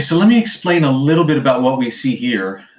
so let me explain a little bit about what we see here.